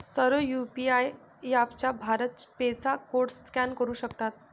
सर्व UPI apps BharatPe चा code scan करू शकतात